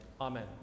Amen